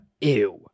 Ew